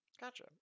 Gotcha